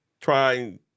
trying